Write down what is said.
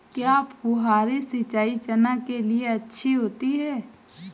क्या फुहारी सिंचाई चना के लिए अच्छी होती है?